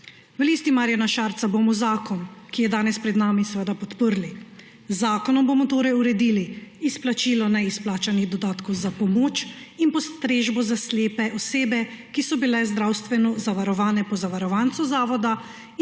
V Listi Marjana Šarca bomo zakon, ki je danes pred nami, seveda podprli. Z zakonom bomo torej uredili izplačilo neizplačanih dodatkov za pomoč in postrežbo za slepe osebe, ki so bile zdravstveno zavarovane po zavarovancu zavoda